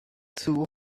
two